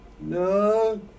no